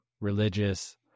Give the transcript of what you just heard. religious